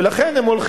ולכן,